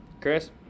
Chris